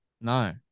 No